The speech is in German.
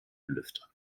lüfter